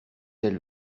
elles